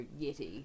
Yeti